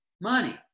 money